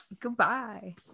Goodbye